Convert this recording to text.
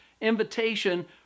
invitation